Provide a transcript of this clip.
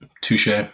touche